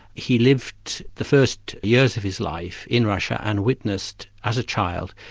he lived the first years of his life in russia, and witnessed, as a child,